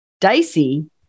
dicey